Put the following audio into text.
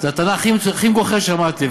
זאת הטענה הכי מגוחכת ששמעתי.